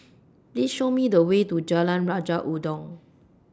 Please Show Me The Way to Jalan Raja Udang